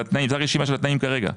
זה התנאים זו הרשימה של התנאים כרגע,